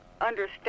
understand